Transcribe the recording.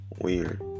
Weird